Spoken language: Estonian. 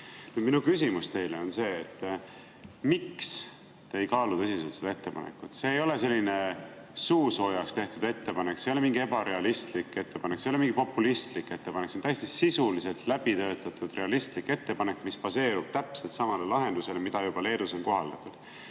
Minu küsimus teile on see: miks te ei kaalu tõsiselt seda ettepanekut? See ei ole selline suusoojaks tehtud ettepanek, see ei ole mingi ebarealistlik, populistlik ettepanek. See on täiesti sisuliselt läbi töötatud realistlik ettepanek, mis baseerub täpselt samal lahendusel, mida juba on Leedus kohaldatud.